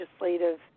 legislative